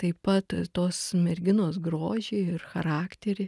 taip pat tos merginos grožį ir charakterį